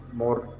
more